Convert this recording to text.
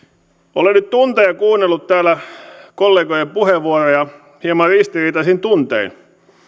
olen nyt tunteja kuunnellut täällä kollegojen puheenvuoroja hieman ristiriitaisin tuntein